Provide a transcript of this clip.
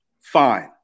Fine